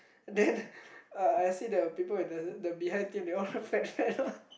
then uh I see people the the behind team they all fat fat one